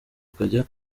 akajya